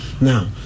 now